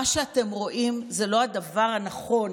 מה שאתם רואים זה לא הדבר הנכון